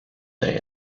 day